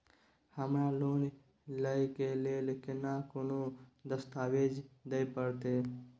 हमरा लोन लय के लेल केना कोन दस्तावेज दिए परतै?